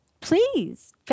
Please